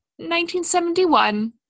1971